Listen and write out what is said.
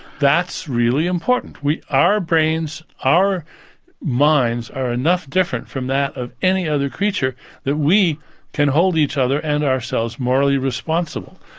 that's really important! we, our brains, our minds are enough different from that of any other creature that we can hold each other and ourselves morally responsible,